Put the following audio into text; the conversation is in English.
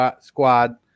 squad